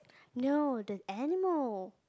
no the animal